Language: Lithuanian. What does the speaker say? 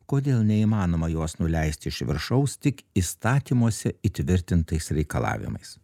kodėl neįmanoma jos nuleisti iš viršaus tik įstatymuose įtvirtintais reikalavimais